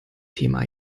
thema